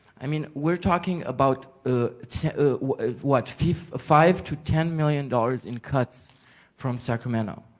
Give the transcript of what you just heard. i mean we're talking about ah sort of what, five to ten million dollars in cuts from sacramento.